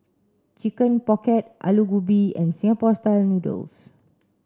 chicken pocket Aloo Gobi and Singapore style noodles